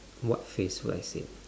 what phrase will I say